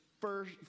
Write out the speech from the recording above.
first